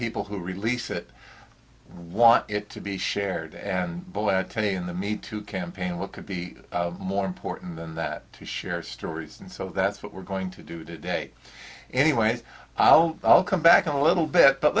people who release it want it to be shared and twenty in the me to campaign what could be more important than that to share stories and so that's what we're going to do today anyway i'll i'll come back a little bit but